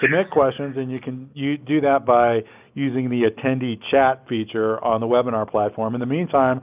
submit questions and you can you do that by using the attendee chat feature on the webinar platform. in the meantime,